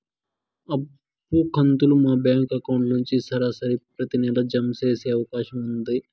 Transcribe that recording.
అప్పు కంతులు మా బ్యాంకు అకౌంట్ నుంచి సరాసరి ప్రతి నెల జామ సేసే అవకాశం ఉందా?